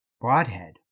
Broadhead